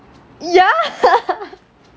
yeah